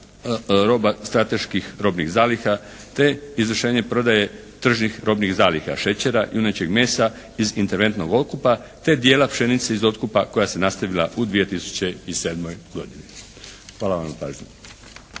roba strateških robnih zaliha te izvršenje prodaje tržnih robnih zaliha šećera, junećeg mesa iz interventnog otkupa te dijela pšenice iz otkupa koja se nastavila u 2007. godini. Hvala vam na pažnji.